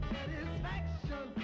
Satisfaction